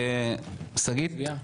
שגית,